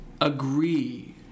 agree